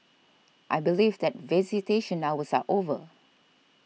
I believe that visitation hours are over